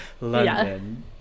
London